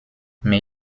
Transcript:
mais